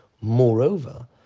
Moreover